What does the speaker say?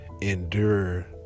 endure